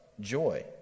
joy